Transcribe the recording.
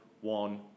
one